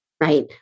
Right